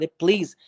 please